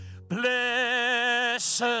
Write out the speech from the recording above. blessed